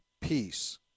peace